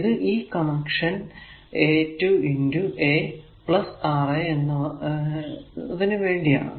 ഇത് ഈ connection a 2 a R a വേണ്ടിയാണു